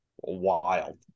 wild